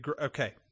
Okay